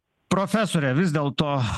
profesore vis dėlto